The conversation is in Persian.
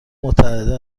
متحده